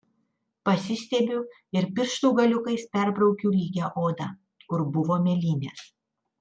pasistiebiu ir pirštų galiukais perbraukiu lygią odą kur buvo mėlynės